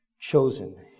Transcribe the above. chosen